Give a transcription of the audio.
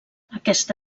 aquesta